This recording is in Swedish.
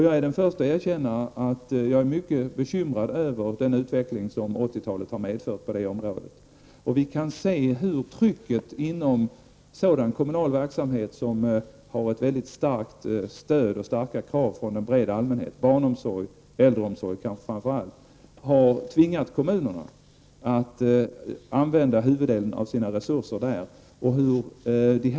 Jag är den första att erkänna att jag är bekymrad över den utveckling som 80-talet har medfört på det området. Vi kan se hur trycket inom sådan kommunal verksamhet som har ett starkt stöd från en bred allmänhet -- barnomsorgen och kanske framför allt äldreomsorgen -- har tvingat kommunerna att använda huvuddelen av sina resurser på dessa områden.